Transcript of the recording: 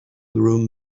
room